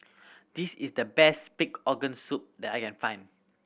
this is the best pig organ soup that I can find